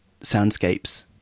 soundscapes